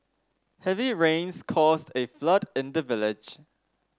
heavy rains caused a flood in the village